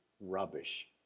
rubbish